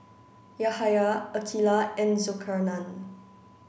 Yahaya Aqilah and Zulkarnain